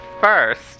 first